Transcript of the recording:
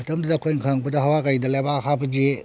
ꯃꯇꯝꯗꯨꯗ ꯑꯩꯈꯣꯏꯅ ꯈꯪꯉꯛꯄꯗ ꯍꯋꯥ ꯒꯥꯔꯤꯗ ꯂꯩꯕꯥꯛ ꯍꯥꯞꯄꯁꯤ